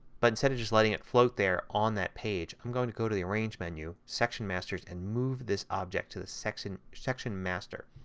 but instead of just letting it float there on that page i'm going to go to the arrange menu, section masters and move this object to the section section masters.